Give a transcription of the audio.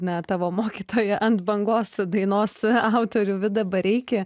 ne tavo mokytoją ant bangos dainos autorių vidą bareikį